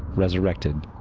resurrected.